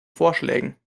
vorschlägen